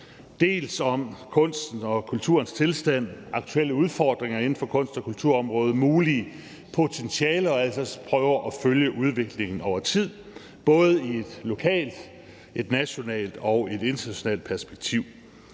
om kunsten og kulturens tilstand, aktuelle udfordringer inden for kunst- og kulturområdet, mulige potentialer og altså også prøve at følge udviklingen over tid både i et lokalt, nationalt og internationalt perspektiv.